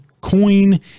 coin